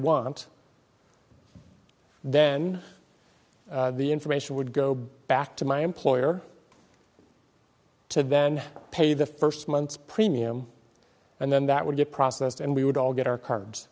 want then the information would go back to my employer to then pay the first month's premium and then that would get processed and we would all get our c